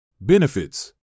Benefits